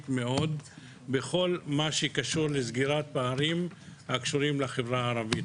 מאוד בכל מה שקשור לסגירת פערים שקשורים לחברה הערבית.